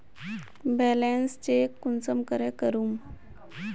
Balance check कुंसम करे करूम?